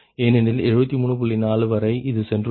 4 வரை இது சென்றுள்ளது